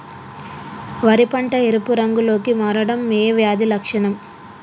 వరి పంట ఎరుపు రంగు లో కి మారడం ఏ వ్యాధి లక్షణం?